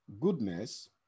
goodness